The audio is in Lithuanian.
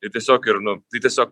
ir tiesiog ir nu tai tiesiog